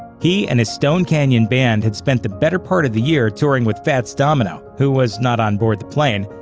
he and his stone canyon band had spent the better part of the year touring with fats domino who was not on board the plane,